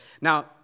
Now